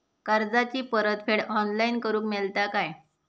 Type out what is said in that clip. कर्जाची परत फेड ऑनलाइन करूक मेलता काय?